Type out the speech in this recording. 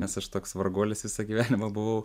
nes aš toks varguolis visą gyvenimą buvau